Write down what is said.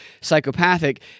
psychopathic